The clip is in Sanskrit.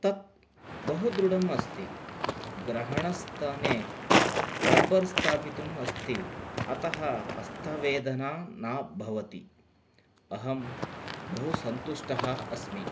तत् बहु दृढम् अस्ति ग्रहणस्थाने रब्बर् स्थापितुम् अस्ति अतः हस्थवेदना न भवति अहं बहु सन्तुष्टः अस्मि